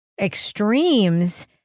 extremes